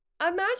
imagine